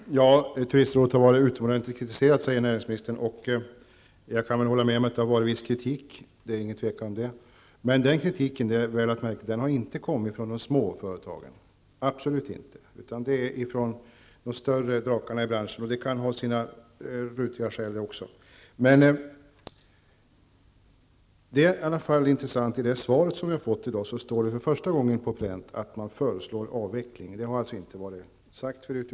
Fru talman! Näringsministern sade att turistrådet har blivit utomordentligt starkt kritiserat. Jag kan hålla med om att det har förekommit en viss kritik. Det råder inget tvivel om den saken. Men kritiken har absolut inte kommit från de små företagen utan från de större drakarna i branschen. Det kan ha sina skäl det också. I svaret står det för första gången på pränt att man föreslår avveckling. Detta har alltså inte sagts förut.